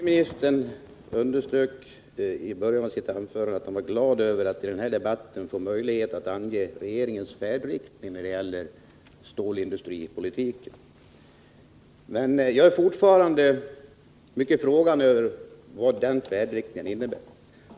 Herr talman! Industriministern underströk i början av sitt anförande att han var glad över att i denna debatt få möjlighet att ange regeringens färdriktning när det gäller stålindustripolitiken. Men jag är fortfarande mycket frågande inför vad denna färdriktning innebär.